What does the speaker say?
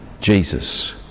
Jesus